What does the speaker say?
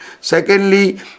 Secondly